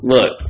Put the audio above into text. Look